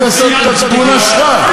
אני אשים את התמונה שלך.